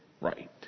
right